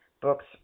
books